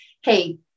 hey